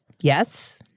Yes